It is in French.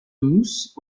mousse